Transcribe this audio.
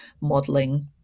modeling